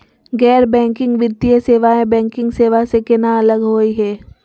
गैर बैंकिंग वित्तीय सेवाएं, बैंकिंग सेवा स केना अलग होई हे?